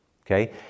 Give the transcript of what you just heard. okay